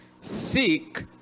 Seek